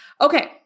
Okay